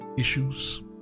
issues